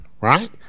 right